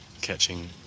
catching